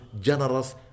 generous